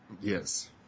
Yes